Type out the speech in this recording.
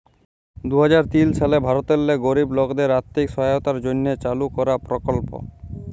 দু হাজার তিল সালে ভারতেল্লে গরিব লকদের আথ্থিক সহায়তার জ্যনহে চালু করা পরকল্প